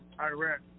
Iraq